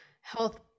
health